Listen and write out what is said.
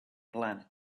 planet